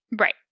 Right